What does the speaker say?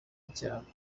icyaha